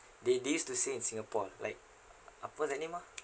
they this to say in singapore like uh what's the name ah